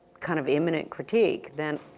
kind of immanent critique, then,